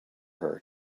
her